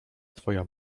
twoja